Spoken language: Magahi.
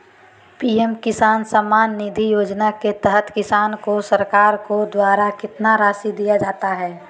पी.एम किसान सम्मान निधि योजना के तहत किसान को सरकार के द्वारा कितना रासि दिया जाता है?